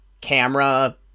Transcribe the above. camera